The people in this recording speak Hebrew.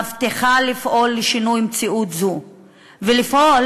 מבטיחה לפעול לשינוי מציאות זו ולפעול,